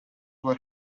were